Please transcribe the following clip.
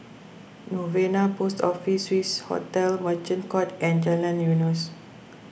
Novena Post Office Swissotel Merchant Court and Jalan Eunos